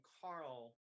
carl